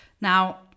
Now